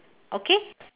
okay